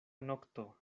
nokto